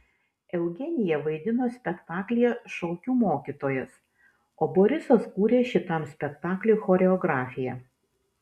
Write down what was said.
eugenija vaidino spektaklyje šokių mokytojas o borisas kūrė šitam spektakliui choreografiją